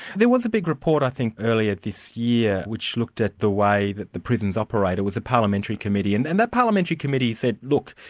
there was a big report i think earlier this year, which looked at the way that the prisons operate, it was a parliamentary committee, and and that parliamentary committee said, look,